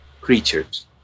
creatures